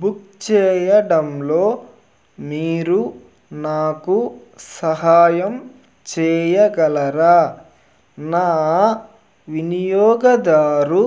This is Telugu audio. బుక్ చేయడంలో మీరు నాకు సహాయం చేయగలరా నా వినియోగదారు